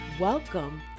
Welcome